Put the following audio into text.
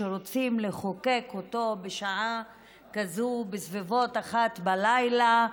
שרוצים לחוקק אותו בשעה כזאת, בסביבות 01:00,